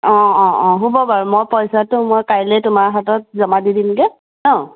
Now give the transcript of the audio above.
অঁ অঁ অঁ হ'ব বাৰু মই পইচাটো মই কাইলৈ তোমাৰ হাতত জমা দি দিমগৈ ন